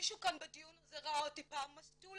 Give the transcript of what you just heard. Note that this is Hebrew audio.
מישהו כאן בדיון הזה ראה אותי פעם מסטולה?